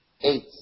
Eight